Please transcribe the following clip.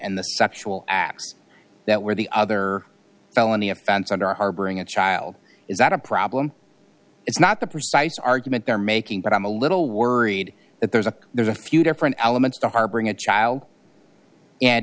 and the sexual acts that were the other felony offense under harboring a child is not a problem it's not the precise argument they're making but i'm a little worried that there's a there's a few different elements to harboring a child and